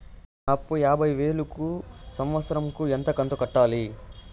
నా అప్పు యాభై వేలు కు సంవత్సరం కు ఎంత కంతు కట్టాలి?